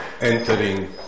entering